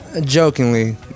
jokingly